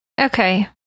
Okay